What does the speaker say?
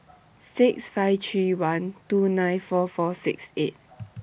six five three one two nine four four six eight